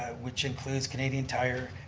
which includes canadian tire,